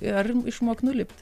ir išmok nulipt